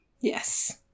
Yes